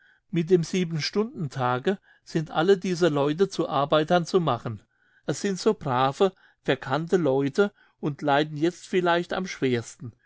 mit dem siebenstundentage sind alle diese leute zu arbeitern zu machen es sind so brave verkannte leute und leiden jetzt vielleicht am schwersten